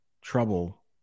trouble